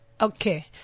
Okay